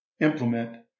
implement